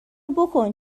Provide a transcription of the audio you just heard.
بکن